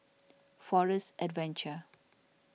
Forest Adventure